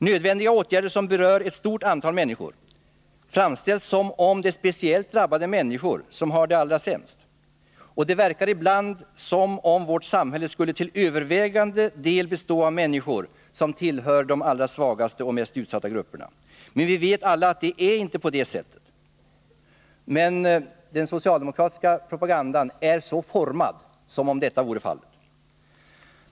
Nödvändiga åtgärder som berör ett stort antal människor framställs som om de speciellt drabbade de människor som har det allra sämst. Det verkar ibland som om vårt samhälle skulle till övervägande del bestå av människor som tillhör de allra svagaste och mest utsatta grupperna. Vi vet alla att det inte är på det sättet, men den socialdemokratiska propagandan är utformad som om detta vore fallet.